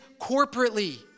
corporately